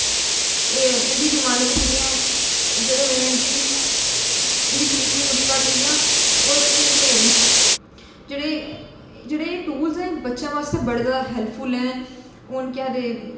एह् इं'दी डिमांडां बी थोह्डी जेहियां जेह्दे बजह कन्नै इं'दी बी इं'दी फीस बी थोह्डी घट्ट होई जा ते ओर केह् आखदे जेह्ड़े जेह्ड़े एह् टूल्स ऐ एह् बच्चें बास्तै बड़े ज्यादा हैल्पफुल ऐ हून केह् आखदे